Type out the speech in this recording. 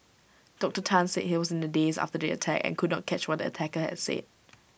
Doctor Tan said he was in A daze after the attack and could not catch what the attacker had said